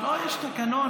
לא, יש תקנון.